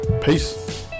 Peace